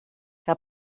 que